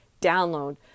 download